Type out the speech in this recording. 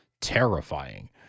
terrifying